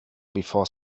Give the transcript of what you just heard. before